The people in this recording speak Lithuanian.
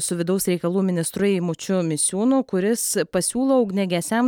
su vidaus reikalų ministru eimučiu misiūnu kuris pasiūlo ugniagesiams